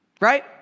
right